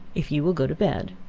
if you will go to bed.